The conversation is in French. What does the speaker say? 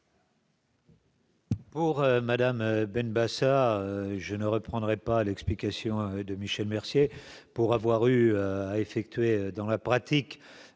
Pour Madame Ben Bassa je ne reprendrai pas l'explication de Michel Mercier pour avoir eu à effectuer dans la pratique